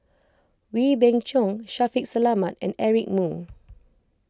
Wee Beng Chong Shaffiq Selamat and Eric Moo